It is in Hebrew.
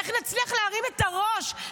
איך נצליח להרים את הראש?